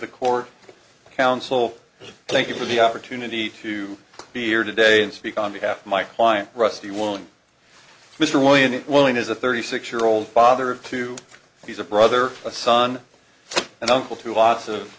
the court counsel thank you for the opportunity to be here today and speak on behalf of my client rusty one mr william one is a thirty six year old father of two he's a brother a son and uncle to lots of